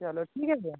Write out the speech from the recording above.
चलो ठीक है भैया